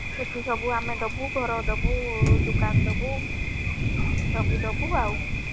ସେଠି ସବୁ ଆମେ ଦେବୁ ଘର ଦେବୁ ଦୋକାନ ଦେବୁ ସବୁ ଦେବୁ ଆଉ